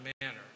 manner